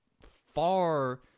far